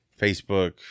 Facebook